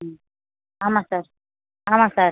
ம் ஆமாம் சார் ஆமாம் சார்